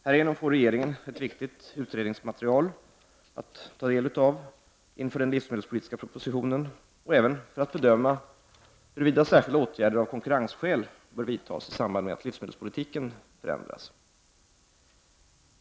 Härigenom får regeringen ett viktigt utredningsmaterial att ta del av inför den livsmedelspolitiska propositionen och även för att bedöma huruvida särskilda åtgärder av konkurrensskäl bör vidtas i samband med att livsmedelspolitiken förändras.